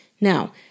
Now